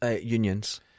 Unions